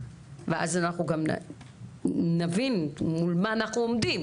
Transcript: ואז אנחנו גם נבין מול מה אנחנו עומדים.